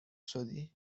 شدی